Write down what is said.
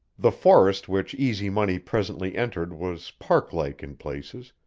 the forest which easy money presently entered was parklike in places,